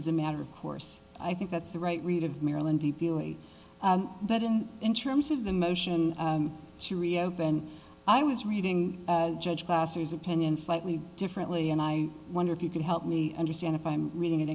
as a matter of course i think that's the right read of maryland but in in terms of the motion to reopen i was reading judge placers opinion slightly differently and i wonder if you can help me understand if i'm reading it